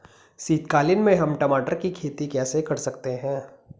शीतकालीन में हम टमाटर की खेती कैसे कर सकते हैं?